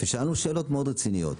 שאלנו שאלות מאוד רציניות.